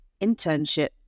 internship